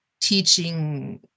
teaching